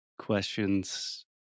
questions